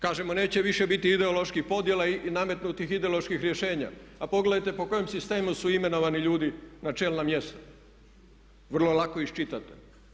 Kažemo, nećemo više biti ideoloških podjela i nametnutih ideoloških rješenja, a pogledajte po kojem sistemu su imenovani ljudi na čelna mjesta, vrlo je lako iščitati.